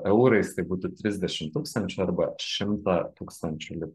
eurais tai būtų trisdešim tūkstančių arba šimtą tūkstančių litų